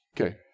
Okay